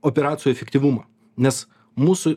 operacijų efektyvumą nes mūsų